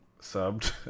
subbed